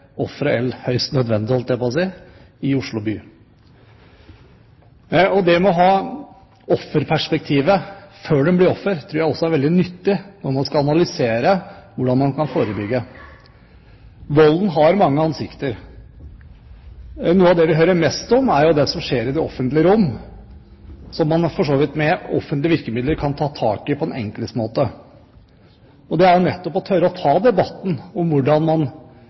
ofre enn høyst nødvendig – holdt jeg på å si – i Oslo by. Det med å ha offerperspektivet før det blir ofre, tror jeg også er veldig nyttig når man skal analysere hvordan man kan forebygge vold. Volden har mange ansikter. Noe av det vi hører mest om, er det som skjer i det offentlige rom, som man for så vidt med offentlige virkemidler kan ta tak i på en enkel måte – det er nettopp å tørre å ta debatten om hvordan man